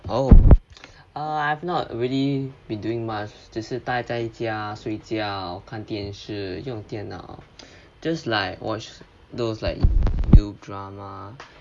oh err I've not really be doing much 只是呆在家睡觉看电视用电脑 just like watch those like drama